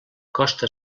costa